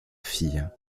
fille